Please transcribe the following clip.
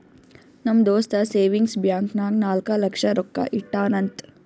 ನಮ್ ದೋಸ್ತ savings bank ನಾಗ್ ನಾಲ್ಕ ಲಕ್ಷ ರೊಕ್ಕಾ ಇಟ್ಟಾನ್ ಅಂತ್